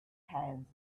hands